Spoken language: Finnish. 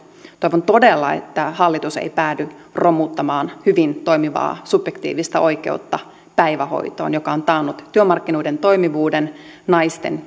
toivon todella että hallitus ei päädy romuttamaan hyvin toimivaa subjektiivista oikeutta päivähoitoon joka on taannut työmarkkinoiden toimivuuden naisten